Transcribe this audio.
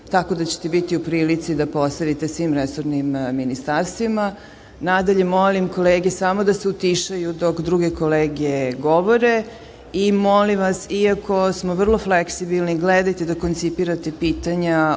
tako da ćete biti u prilici da postavite svim resornim ministarstvima. Nadalje, molim kolege samo da se utišaju dok druge kolege govore. Molim vas, iako smo vrlo fleksibilni, gledajte da koncipirate pitanja